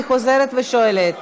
אני חוזרת ושואלת: